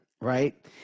Right